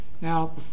now